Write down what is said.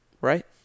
right